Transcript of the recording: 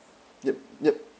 yup yup